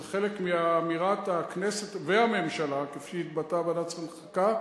זה חלק מאמירת הכנסת והממשלה כפי שהתבטאה ועדת השרים לחקיקה,